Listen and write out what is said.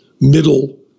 middle